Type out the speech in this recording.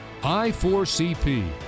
i4cp